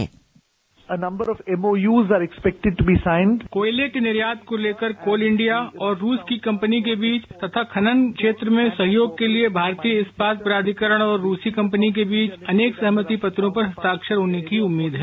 bite कोयले के निर्यात को लेकर कोल इंडिया और रूस की कंपनी के बीच तथा खनन क्षेत्र में सहयोग के लिए भारतीय इस्पात प्राधिकरण और रूसी कंपनी के बीच अनेक सहमति पत्रों पर हस्ताक्षर होने की उम्मीद है